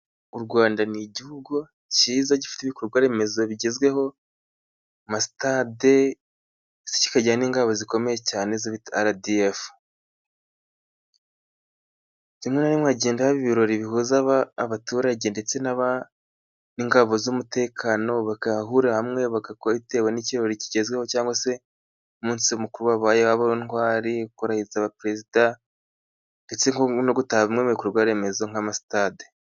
U Rwanda ni igihugu cyiza gifite ibikorwa remezo bigezweho ama sitade, ndetse kikagira n'ingabo zikomeye cyane arizo bita rdf.Rimwe na rimwe hagenda haba ibirori bihuza abaturage ndetse n'ingabo z'umutekano bagahurira hamwe bitewe n'ibirori bigezweho cyangwa se umunsi mukuru wabaye waba uw'intwari kurahiza perezida ndetse no gutaha bimwe mu bikorwaremezo nk'ama stade.